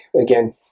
again